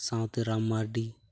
ᱥᱟᱶᱛᱮ ᱨᱟᱢ ᱢᱟᱨᱰᱤ